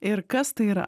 ir kas tai yra